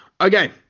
Okay